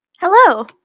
Hello